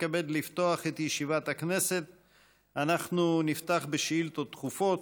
אנחנו נפתח בשאילתות דחופות.